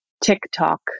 TikTok